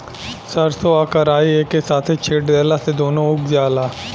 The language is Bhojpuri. सरसों आ कराई एके साथे छींट देला से दूनो उग जाला